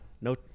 no